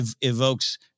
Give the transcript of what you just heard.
evokes